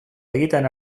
egiten